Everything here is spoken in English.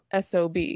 sob